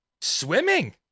swimming